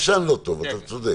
ישן לא טוב, אתה צודק.